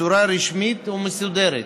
בצורה רשמית ומסודרת: